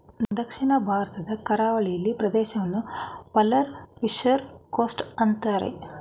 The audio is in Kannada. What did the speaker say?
ದಕ್ಷಿಣ ಭಾರತದ ಕರಾವಳಿ ಪ್ರದೇಶವನ್ನು ಪರ್ಲ್ ಫಿಷರಿ ಕೋಸ್ಟ್ ಅಂತರೆ